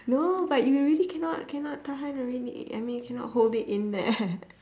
no but you really cannot cannot tahan already I mean cannot hold it in there